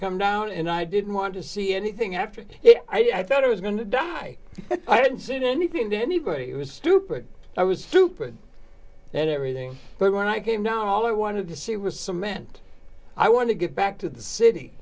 come down and i didn't want to see anything after i thought i was going to die i hadn't seen anything to anybody it was stupid i was stupid and everything but when i came down all i wanted to see was some meant i want to get back to the city